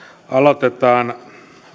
aloitetaan